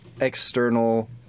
external